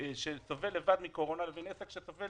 שסובל לבד מקורונה כדין עסק שסובל